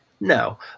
No